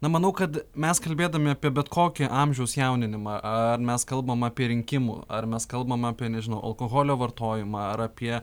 na manau kad mes kalbėdami apie bet kokį amžiaus jauninimą ar mes kalbame apie rinkimų ar mes kalbam apie nežinau alkoholio vartojimą ar apie